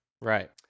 Right